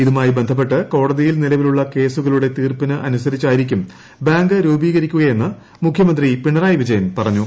ഇതുമായി ബന്ധപ്പെട്ട് കോടതിയിൽ നിലവിലുള്ള കേസുകളുടെ തീർപ്പിന് അനുസരിച്ചായിരിക്കും ബാങ്ക് രൂപീകരിക്കുകയെന്ന് മുഖൃമന്ത്രി പിണറായി വിജയൻ പറഞ്ഞു